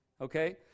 Okay